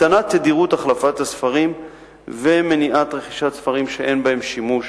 הקטנת תדירות החלפת הספרים ומניעת רכישת ספרים שאין בהם שימוש